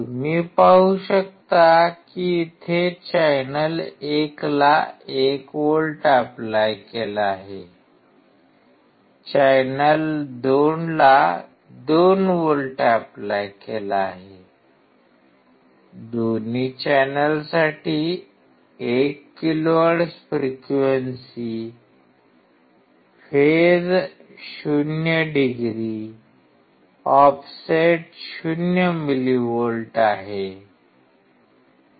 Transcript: तुम्ही पाहू शकता कि इथे चॅनेल १ ला १ व्होल्ट ऎप्लाय केला आहे चॅनेल 2 ला 2 व्होल्ट ऎप्लाय केला आहे दोन्ही चॅनेलसाठी 1 kHz frequency phase 0 degree offset 0 millivolt आहे